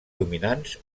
dominants